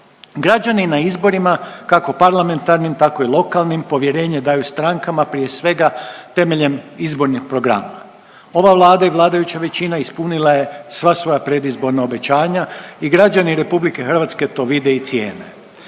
Građani na izborima kako parlamentarnim tako i lokalnim povjerenje daju strankama prije svega temeljem izbornih programa, ova Vlada i vladajuća većina ispunila je sva svoja predizborna obećanja i građani RH to vide i cijene.